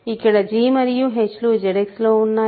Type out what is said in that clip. ఇక్కడ g మరియు h లు ZX లో ఉన్నాయి